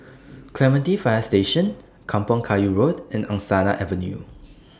Clementi Fire Station Kampong Kayu Road and Angsana Avenue